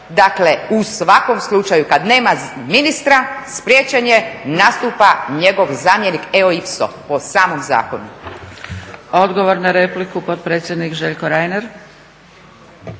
Dakle, u svakom slučaju kada nema ministra, spriječen je, nastupa njegov zamjenik … po samom zakonu. **Zgrebec, Dragica (SDP)** Odgovor na repliku, potpredsjednik Željko Reiner.